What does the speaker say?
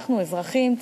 אזרחים,